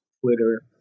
twitter